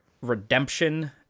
redemption